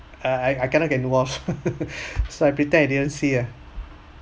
uh I I cannot can get involved so I pretend I didn't see ah